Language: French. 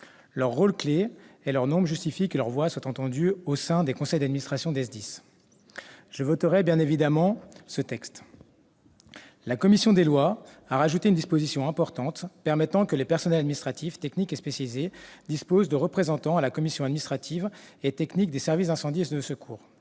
Leur rôle clé et leur nombre justifient que leur voix soit entendue au sein des conseils d'administration des SDIS. Je voterai bien évidemment ce texte. La commission des lois a ajouté une disposition importante, permettant, d'une part, que les personnels administratifs, techniques et spécialisés disposent de représentants à la commission administrative et technique des services d'incendie et de secours,